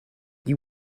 you